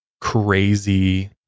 crazy